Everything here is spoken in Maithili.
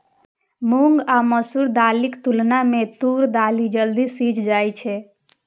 मूंग आ मसूर दालिक तुलना मे तूर दालि जल्दी सीझ जाइ छै